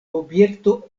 objekto